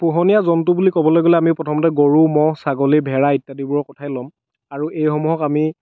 পোহনীয়া জন্তু বুলি ক'বলে গ'লে আমি প্ৰথমতে গৰু ম'হ ছাগলী ভেড়া ইত্যাদিবোৰৰ কথাই ল'ম আৰু এই সমূহক আমি